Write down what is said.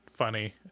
funny